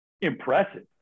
impressive